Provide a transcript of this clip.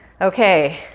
Okay